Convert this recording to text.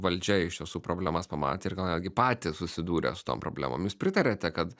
valdžia iš tiesų problemas pamatė ir gal netgi patys susidūrė su tom problemom jūs pritariate kad